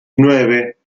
nueve